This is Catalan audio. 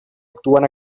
actuen